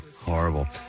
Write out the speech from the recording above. Horrible